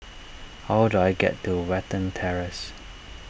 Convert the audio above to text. how do I get to Watten Terrace